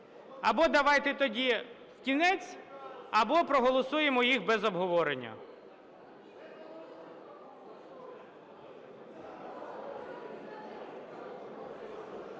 Або давайте тоді в кінець, або проголосуємо їх без обговорення.